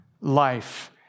life